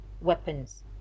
weapons